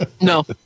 No